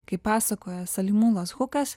kaip pasakojo salimūnas hukas